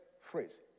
phrase